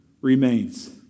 remains